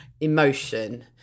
emotion